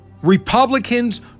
Republicans